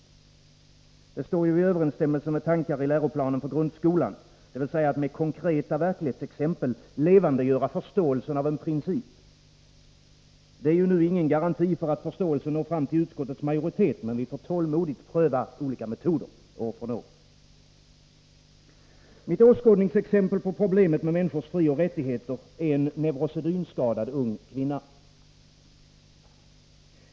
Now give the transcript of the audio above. Det står ju i överensstämmelse med tankar i läroplanen för grundskolan — att med konkreta verklighetsexempel levandegöra förståelsen av en princip. Det är nu ingen garanti för att förståelsen når fram till utskottets majoritet, men vi får tålmodigt pröva olika metoder. Mitt åskådningsexempel när det gäller problemet med människors frioch rättigheter är en neurosedynskadad ung kvinna.